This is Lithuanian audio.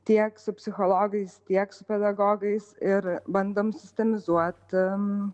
tiek su psichologais tiek su pedagogais ir bandom sistemizuoti